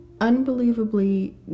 unbelievably